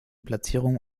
platzierung